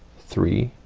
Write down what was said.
three,